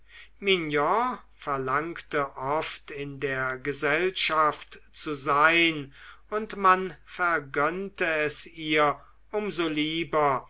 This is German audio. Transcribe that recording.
verlangte oft in der gesellschaft zu sein und man vergönnte es ihr um so lieber